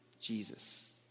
Jesus